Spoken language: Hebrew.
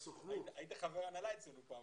היית פעם חבר הנהלה אצלנו.